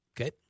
Okay